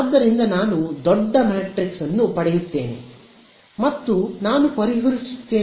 ಆದ್ದರಿಂದ ನಾನು ದೊಡ್ಡ ಮ್ಯಾಟ್ರಿಕ್ಸ್ ಅನ್ನು ಪಡೆಯುತ್ತೇನೆ ಮತ್ತು ನಾನು ಪರಿಹರಿಸುತ್ತೇನೆ